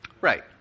Right